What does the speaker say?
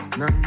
no